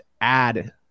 add